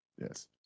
Yes